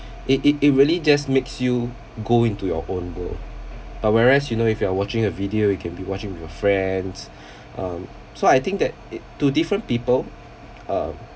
it it it really just makes you go into your own world but whereas you know if you are watching a video you can be watching with your friends um so I think that it to different people uh